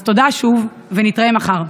אז תודה שוב, ונתראה מחר.